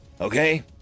Okay